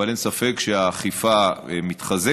אבל אין ספק שהאכיפה מתחזקת,